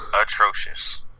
atrocious